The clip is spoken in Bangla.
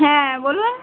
হ্যাঁ বলুন